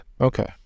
okay